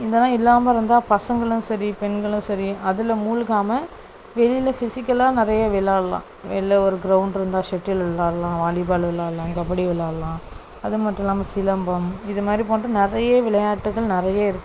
இதெல்லாம் இல்லாமல் இருந்தால் பசங்களும் சரி பெண்களும் சரி அதில் மூழ்காம வெளியில ஃபிசிக்கலாக நிறைய விளாடலாம் வெளில ஒரு கிரௌண்ட் இருந்தால் செட்டில் விளாடலாம் வாலிபால் விளாடலாம் கபடி விளாடலாம் அது மட்டும் இல்லாமல் சிலம்பம் இது மாதிரி போன்ற நிறைய விளையாட்டுகள் நிறை ய இருக்கு